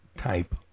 type